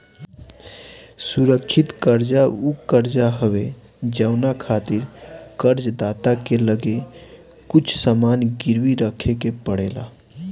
सुरक्षित कर्जा उ कर्जा हवे जवना खातिर कर्ज दाता के लगे कुछ सामान गिरवी रखे के पड़ेला